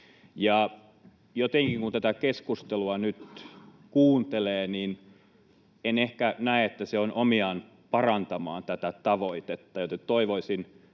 Jotenkin, kun tätä keskustelua nyt kuuntelee, en ehkä näe, että se on omiaan parantamaan tätä tavoitetta, joten toivoisin